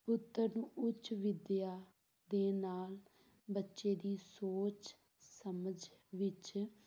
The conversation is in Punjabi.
ਪੁੱਤਰ ਨੂੰ ਉੱਚ ਵਿੱਦਿਆ ਦੇਣ ਨਾਲ ਬੱਚੇ ਦੀ ਸੋਚ ਸਮਝ ਵਿੱਚ